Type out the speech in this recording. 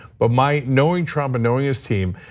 but my knowing trump and knowing his team,